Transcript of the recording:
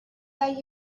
that